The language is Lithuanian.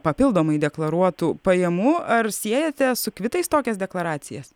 papildomai deklaruotų pajamų ar siejate su kvitais tokias deklaracijas